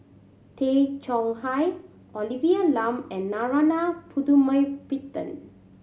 Tay Chong Hai Olivia Lum and Narana Putumaippittan